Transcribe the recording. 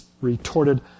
retorted